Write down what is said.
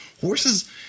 horses